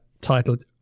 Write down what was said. titled